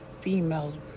females